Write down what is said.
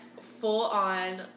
full-on